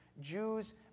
Jews